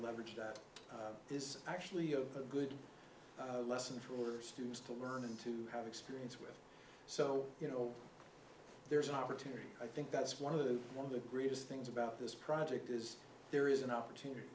leverage that is actually a good lesson for students to learn and to have experience so you know there's an opportunity i think that's one of the one of the greatest things about this project is there is an opportunity